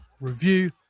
review